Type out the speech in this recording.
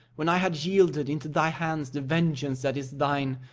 when i had yielded into thy hands the vengeance that is thine,